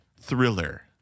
thriller